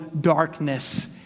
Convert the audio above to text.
darkness